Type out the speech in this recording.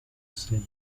цель